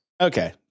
Okay